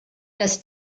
das